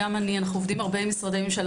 אנחנו עובדים הרבה עם משרדי ממשלה.